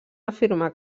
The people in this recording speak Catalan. afirmar